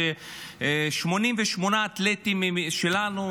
88 אתלטים שלנו,